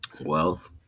Wealth